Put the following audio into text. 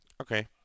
Okay